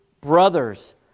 brothers